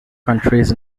countries